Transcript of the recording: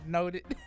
Noted